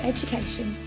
Education